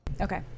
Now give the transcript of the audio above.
Okay